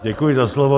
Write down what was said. Děkuji za slovo.